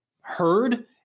heard